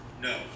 No